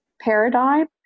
paradigm